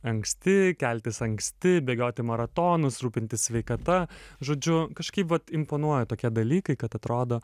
anksti keltis anksti bėgioti maratonus rūpintis sveikata žodžiu kažkaip vat imponuoja tokie dalykai kad atrodo